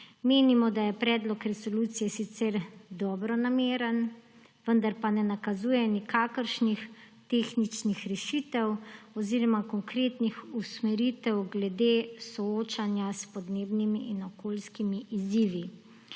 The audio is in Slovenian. Menimo, da je predlog resolucije sicer dobronameren, vendar pa ne nakazuje nikakršnih tehničnih rešitev oziroma konkretnih usmeritev glede soočanja s podnebnimi in okoljskimi izzivi.